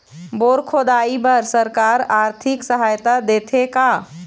Bore खोदाई बर सरकार आरथिक सहायता देथे का?